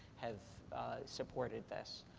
have supported this.